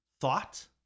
thought